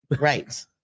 right